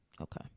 okay